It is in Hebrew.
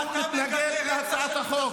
אתה מגנה רצח של מתנחלים?